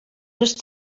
les